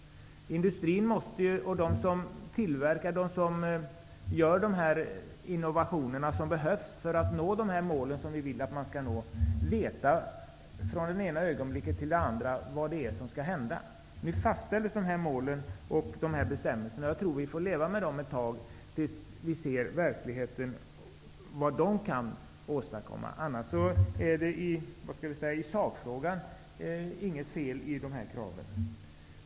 Industrin och de som gör de innovationer som behövs för att nå de mål som vi vill uppnå måste från det ena ögonblicket till det andra veta vad som skall hända. Nu fastställdes dessa mål och dessa bestämmelser, och jag tror att vi får leva med dem ett tag och se vad de kan åstadkomma tills vi ser hur verkligheten blir. När det gäller sakfrågan är det inget fel på dessa krav.